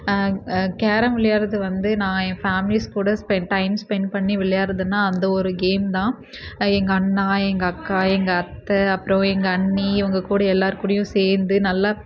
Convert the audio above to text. carrom விளையாடுவது வந்து நான் என் ஃபேம்லிஸ் கூட டைம் ஸ்பென்ட் பண்ணி விளையாடுகிறதுனா அந்த ஒரு கேம் தான் எங்கள் அண்ணா எங்கள் அக்கா எங்கள் அத்தை அப்புறம் எங்கள் அண்ணி இவங்க கூடேயும் எல்லாேரும் கூடேவும் சேர்ந்து